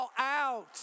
out